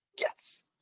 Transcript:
Yes